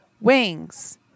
wings